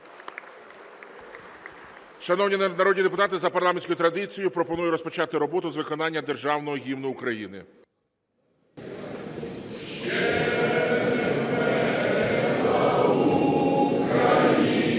Шановні народні депутати, за парламентською традицією пропоную розпочати роботу з виконання Державного Гімну України.